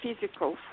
physical